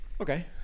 Okay